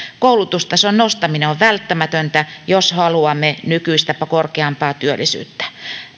koulutustason nostaminen on välttämätöntä jos haluamme nykyistä korkeampaa työllisyyttä